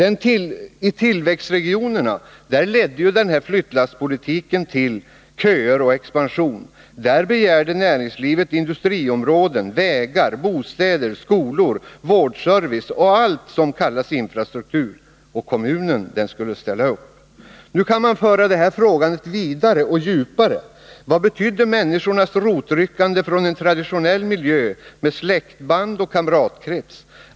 I tillväxtregionerna ledde denna flyttlasspolitik till köer och expansion. Där begärde näringslivet industriområden, vägar, bostäder, skolor, vårdservice och allt som kallas infrastruktur. Kommunen skulle ställa upp. Nu kan man föra detta frågande vidare och djupare. Vad betydde människors uppryckande ur en traditionell miljö med släktband och kamratkrets?